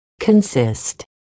consist